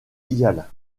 yale